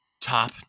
top